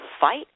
fight